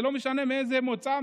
ולא משנה מאיזה מוצא,